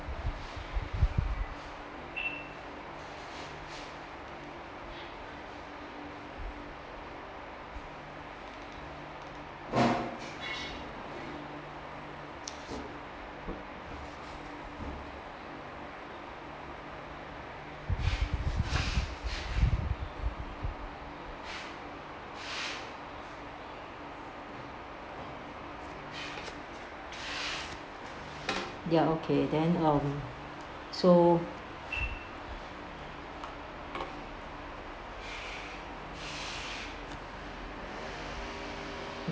ya okay then um so